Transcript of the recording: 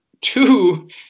two